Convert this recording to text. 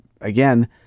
again